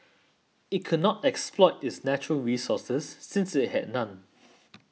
it could not exploit its natural resources since it had none